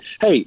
Hey